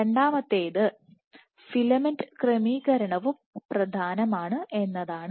രണ്ടാമത്തേത് ഫിലമെന്റ് ക്രമീകരണവും പ്രധാനമാണ് എന്നതാണ്